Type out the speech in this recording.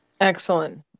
excellent